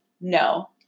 no